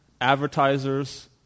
advertisers